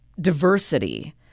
diversity